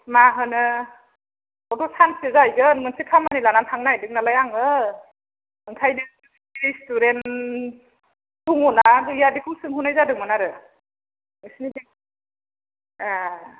मा होनो बावथ' सानसे जाहैगोन मोनसे खामानि लानानै थांनो नागिरदों नालाय आङो ओंखायनो रेस्तुरेन्त दङ ना गैया बेखौ सोंहरनाय जादोंमोन आरो नोंसिनि बे ए